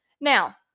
Now